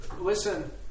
listen